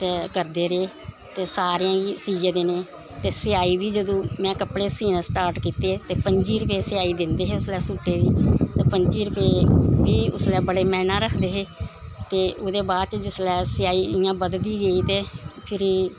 ते करदे रेह् ते सारें गी सियै देने ते सेआई बी जदूं में कपड़े सीना स्टार्ट कीती हे ते पंजी रपेऽ सेआई दिंदे हे उसलै सूटै दी ते पं'जी रपेऽ बी उसलै बड़े मायने रखदे हे ते ओह्दे बाद च जिसलै सेआई इ'यां बधदी गेई ते फिरी